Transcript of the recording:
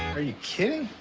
are you kidding?